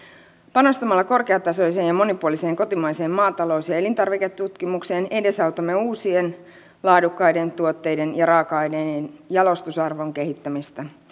panostamalla korkeatasoiseen ja monipuoliseen kotimaiseen maatalous ja elintarviketutkimukseen edesautamme uusien laadukkaiden tuotteiden ja raaka aineiden jalostusarvon kehittämistä